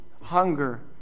hunger